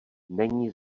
není